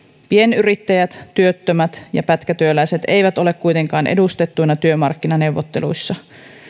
pienyrittäjät työttömät ja pätkätyöläiset eivät ole kuitenkaan edustettuina työmarkkinaneuvotteluissa